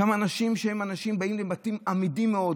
שם אנשים שבאים מבתים אמידים מאוד,